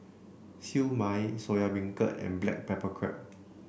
Siew Mai Soya Beancurd and Black Pepper Crab